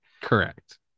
Correct